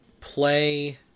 Play